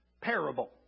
parable